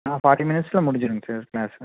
ஆ forty மினிட்ஸில் முடிச்சிருங்க sir class